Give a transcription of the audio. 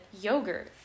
yogurt